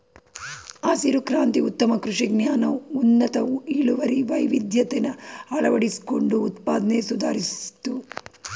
ಹಸಿರು ಕ್ರಾಂತಿ ಉತ್ತಮ ಕೃಷಿ ಜ್ಞಾನ ಉನ್ನತ ಇಳುವರಿ ವೈವಿಧ್ಯತೆನ ಅಳವಡಿಸ್ಕೊಂಡು ಉತ್ಪಾದ್ನೆ ಸುಧಾರಿಸ್ತು